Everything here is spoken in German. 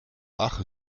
ach